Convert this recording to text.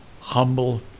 humble